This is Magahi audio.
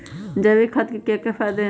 जैविक खाद के क्या क्या फायदे हैं?